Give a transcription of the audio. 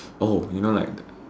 oh you know like